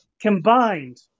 combined